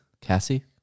Cassie